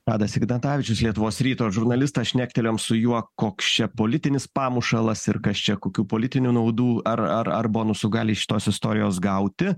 tadas ignatavičius lietuvos ryto žurnalistas šnektelėjom su juo koks čia politinis pamušalas ir kas čia kokių politinių naudų ar ar ar bonusų gali iš šitos istorijos gauti